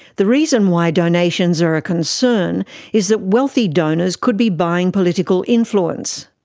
the reason why donations are a concern is that wealthy donors could be buying political influence.